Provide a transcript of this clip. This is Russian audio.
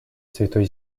святой